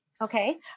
Okay